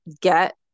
get